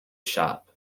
shop